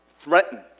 Threatened